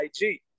IG